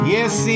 Yes